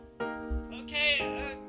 Okay